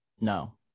no